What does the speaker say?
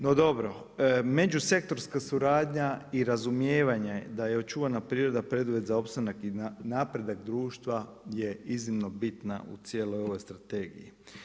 No dobro, međusektorska suradnja i razumijevanje da je očuvana priroda preduvjet za opstanak i napredak društva je iznimno bitna u cijeloj ovoj Strategiji.